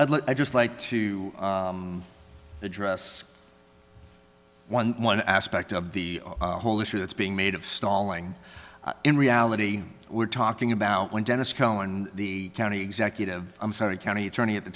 i'd just like to address one one aspect of the whole issue that's being made of stalling in reality we're talking about when dennis cohen the county executive i'm sorry county attorney at the